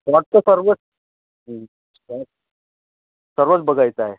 spot तर सर्वच spot सर्वच बघायचं आहे